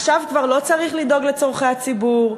עכשיו כבר לא צריך לדאוג לצורכי הציבור.